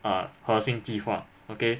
err 核心计划 okay